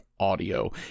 audio